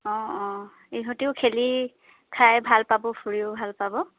অঁ অঁ ইহঁতেও খেলি খাই ভাল পাব ফুৰিও ভাল পাব